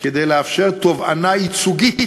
כדי לאפשר תובענה ייצוגית,